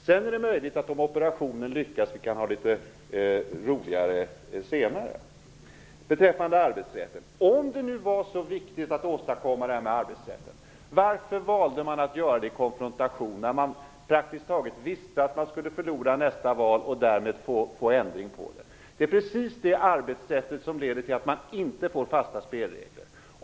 Det är möjligt att vi senare, om operationen lyckas, kan få det litet roligare. Beträffande arbetsrätten: Om det nu var så viktigt att åstadkomma förändringarna i arbetsrätten, varför valde man att genomföra det i konfrontation, när man praktiskt taget visste att man skulle förlora nästa val och därmed få en återgång? Det är precis det arbetssätt som leder till att man inte får fasta spelregler.